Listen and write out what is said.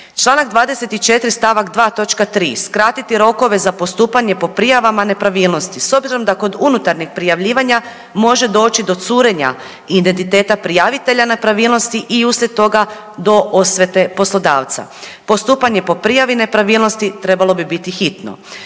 Članak 24. stavak 2. točka 3. skratiti rokove za postupanje po prijavama nepravilnosti. S obzirom da kod unutarnjeg prijavljivanja može doći do curenja identiteta prijavitelja nepravilnosti i uslijed toga do osvete poslodavca. Postupanje po prijavi nepravilnosti trebalo bi biti hitno.